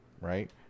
right